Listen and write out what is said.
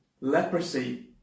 leprosy